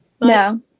no